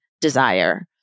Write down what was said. desire